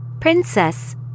Princess